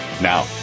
Now